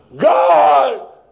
God